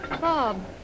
Bob